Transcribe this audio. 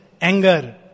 anger